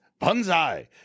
bonsai